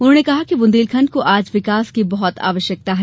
उन्होंने कहा कि बुंदेलखंड को आज विकास की बहत आवश्यकता है